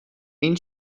این